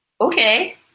Okay